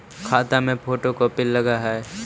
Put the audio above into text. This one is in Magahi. खाता के फोटो कोपी लगहै?